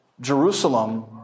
Jerusalem